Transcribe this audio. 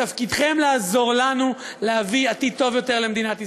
ותפקידכם לעזור לנו להביא עתיד טוב יותר למדינת ישראל.